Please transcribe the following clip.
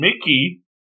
Mickey